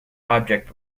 object